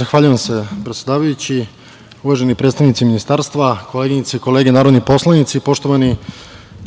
Zahvaljujem se, predsedavajući. Uvaženi predstavnici ministarstva, koleginice i kolege narodni poslanici, poštovani